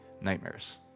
nightmares